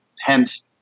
Hence